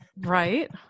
right